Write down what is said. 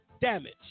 damage